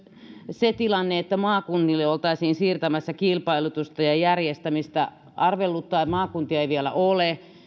se tilanne että maakunnille oltaisiin siirtämässä kilpailutusta ja järjestämistä arveluttaa koska maakuntia ei vielä ole